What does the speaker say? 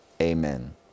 amen